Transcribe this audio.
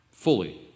Fully